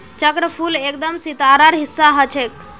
चक्रफूल एकदम सितारार हिस्सा ह छेक